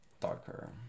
darker